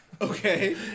Okay